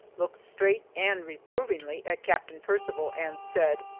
looked straight and reprovingly at captain percival and said,